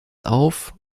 auf